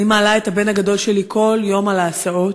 אני מעלה את הבן הגדול שלי כל יום על ההסעות.